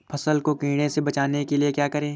फसल को कीड़ों से बचाने के लिए क्या करें?